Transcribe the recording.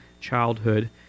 childhood